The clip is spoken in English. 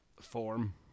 form